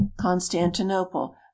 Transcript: constantinople